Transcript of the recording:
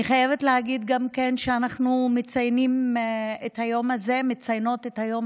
אני חייבת להגיד גם שאנחנו מציינים ומציינות את היום